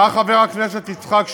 בא חבר הכנסת יצחק שמולי,